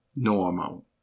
Normal